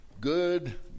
Good